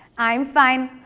i'm fine.